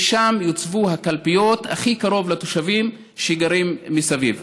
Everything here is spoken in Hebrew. שם יוצבו הקלפיות הכי קרוב לתושבים שגרים מסביב.